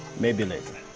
may be later!